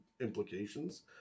implications